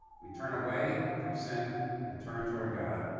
we turn away from sin and turn toward god.